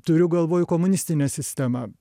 turiu galvoj komunistinė sistema